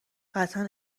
قطعا